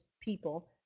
people